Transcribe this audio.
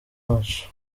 wacu